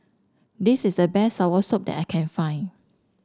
this is the best Soursop that I can find